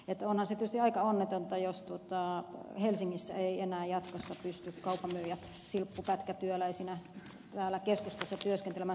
onhan se tietysti aika onnetonta jos helsingissä eivät enää jatkossa pysty kaupanmyyjät silppupätkätyöläisinä täällä keskustassa työskentelemään saatikka asumaan